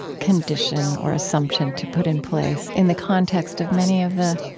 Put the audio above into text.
condition or assumption to put in place in the context of many of the